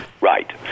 Right